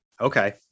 Okay